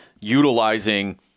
utilizing